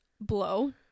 blow